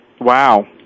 Wow